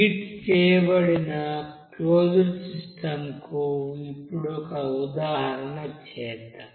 heat చేయబడిన closed system కు ఇప్పుడు ఒక ఉదాహరణ చేద్దాం